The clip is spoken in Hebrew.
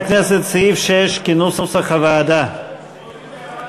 סעיף 6, כהצעת הוועדה, נתקבל.